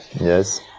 Yes